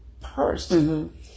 person